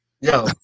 Yo